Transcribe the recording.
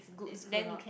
it's good lor